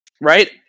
Right